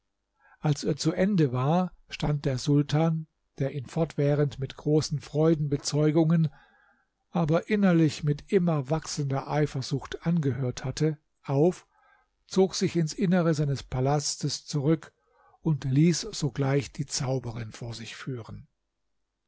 als er zu ende war stand er sultan der ihn fortwährend mit großen freudenbezeugungen aber innerlich mit immer wachsender eifersucht angehört hatte auf zog sich ins innere seines palastes zurück und ließ sogleich die zauberin vor sich führen